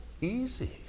easy